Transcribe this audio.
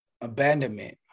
abandonment